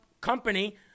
company